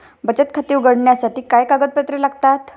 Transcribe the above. बचत खाते उघडण्यासाठी काय कागदपत्रे लागतात?